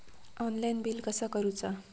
Online bill कसा करुचा?